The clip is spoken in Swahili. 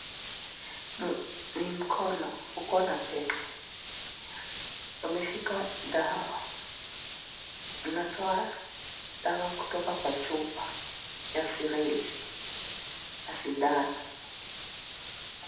Ni mkono ukona pete, umeshika dawa, unatoa dawa kutoka kwa chupa ya syringe na sindano.